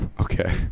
Okay